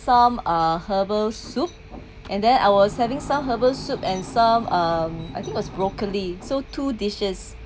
some herbal soup and then I was having some herbal soup and some um I think was broccoli so two dishes